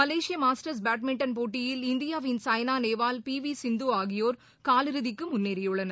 Malaysia Masters போட்டியில் இந்தியாவின் சாய்னாநேவால் பிவிசிந்துஆகியோர் காலிறுதிக்குமுன்னேறியுள்ளனர்